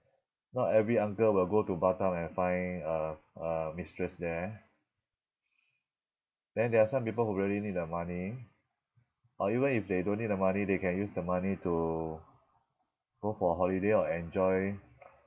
not every uncle will go to Batam and find a a mistress there then there are some people who really need the money or even if they don't need the money they can use the money to go for holiday or enjoy